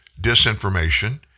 disinformation